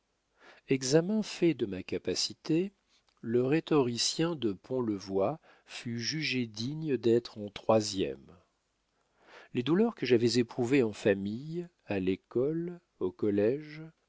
examen fait de ma capacité le rhétoricien de pont le voy fut jugé digne d'être en troisième les douleurs que j'avais éprouvées en famille à l'école au collége